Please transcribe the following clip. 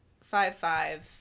five-five